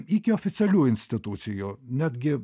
iki oficialių institucijų netgi